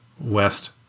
West